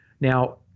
Now